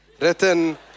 written